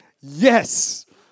Yes